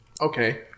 Okay